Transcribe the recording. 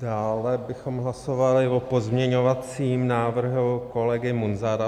Dále bychom hlasovali o pozměňovacím návrhu kolegy Munzara.